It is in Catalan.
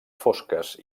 fosques